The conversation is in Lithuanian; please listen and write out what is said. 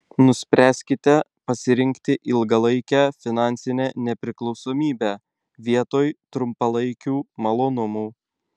nuspręskite pasirinkti ilgalaikę finansinę nepriklausomybę vietoj trumpalaikių malonumų